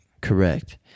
Correct